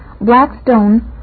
Blackstone